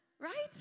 right